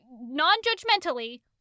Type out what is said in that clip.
Non-judgmentally